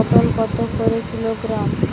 পটল কত করে কিলোগ্রাম?